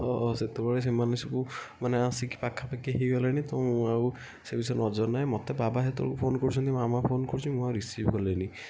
ସେତେବେଳେ ସେମାନେ ସବୁ ମାନେ ଆସି ପାଖାପାଖି ହୋଇଗଲେଣି ତ ମୁଁ ଆଉ ସେ ବିଷୟରେ ନଜର ନାହିଁ ମୋତେ ବାବା ସେତେବେଳେକୁ ଫୋନ୍ କରୁଛନ୍ତି ମାମା ଫୋନ୍ କରୁଛି ମୁଁ ଆଉ ରିସିଭ୍ କଲିନି